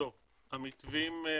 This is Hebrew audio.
המתווים,